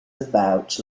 about